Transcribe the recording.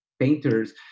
painters